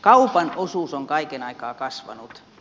kaupan osuus on kaiken aikaa kasvanut